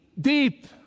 deep